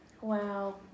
Wow